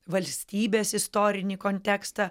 valstybės istorinį kontekstą